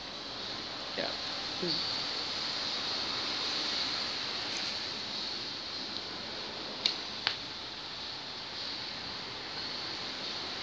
ya